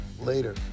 later